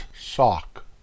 sock